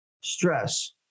Stress